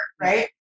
right